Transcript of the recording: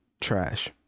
trash